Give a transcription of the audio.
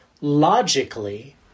logically